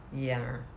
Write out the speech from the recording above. ya